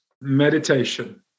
meditation